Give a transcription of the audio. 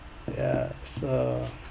yeah so